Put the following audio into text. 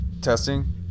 Testing